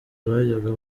bajyaga